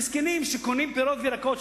המסכנים שקונים פירות וירקות,